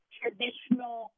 traditional